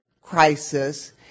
crisis